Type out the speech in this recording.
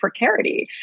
precarity